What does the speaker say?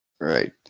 Right